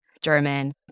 German